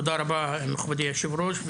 תודה רבה מכובדי היושב-ראש,